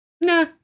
Nah